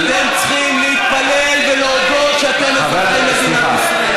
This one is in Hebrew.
אתם צריכים להתפלל ולהודות שאתם אזרחי מדינת ישראל.